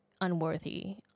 unworthy